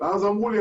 ואז אמרו לי,